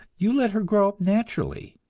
you let her grow up naturally,